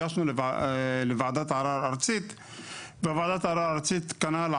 הגשנו לוועדת ערר ארצית וועדת ערר ארצית, כנ"ל.